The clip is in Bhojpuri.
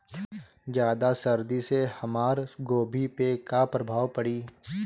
ज्यादा सर्दी से हमार गोभी पे का प्रभाव पड़ी?